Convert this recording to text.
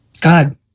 God